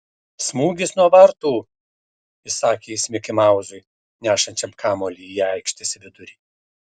smūgis nuo vartų įsakė jis mikimauzui nešančiam kamuolį į aikštės vidurį